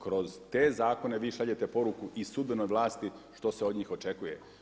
Kroz te zakone vi šaljete poruku i sudbenoj vlasti što se od njih očekuje.